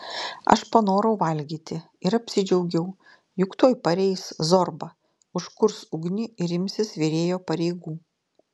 aš panorau valgyti ir apsidžiaugiau juk tuoj pareis zorba užkurs ugnį ir imsis virėjo pareigų